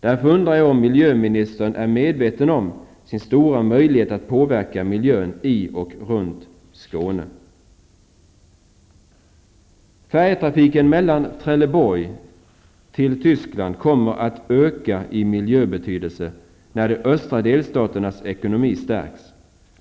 Därför undrar jag om miljöministern är medveten om sin stora möjlighet att påverka miljön i och runt Färjetrafiken från Trelleborg till Tyskland kommer att öka i miljöbetydelse när de östra delstaternas ekonomi stärks.